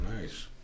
Nice